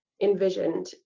envisioned